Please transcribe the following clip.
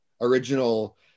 original